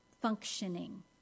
functioning